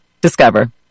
Discover